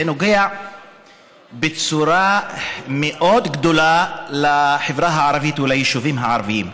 זה נוגע בצורה מאוד גדולה לחבר הערבית וליישובים הערביים.